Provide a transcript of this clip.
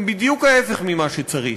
הם בדיוק ההפך ממה שצריך.